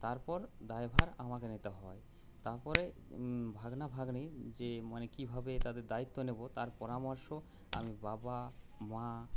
তারপর দায়ভার আমাকে নিতে হয় তারপরে ভাগ্না ভাগ্নির যে মানে কীভাবে তাদের দায়িত্ব নেব তার পরামর্শ আমি বাবা মা